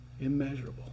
immeasurable